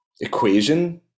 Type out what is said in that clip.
equation